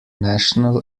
national